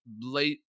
late